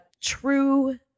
true